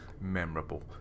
memorable